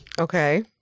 Okay